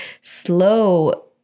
slow